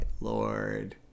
Lord